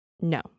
no